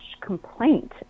complaint